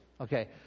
Okay